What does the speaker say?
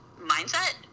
mindset